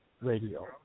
Radio